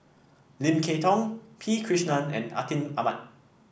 Lim Kay Tong P Krishnan and Atin Amat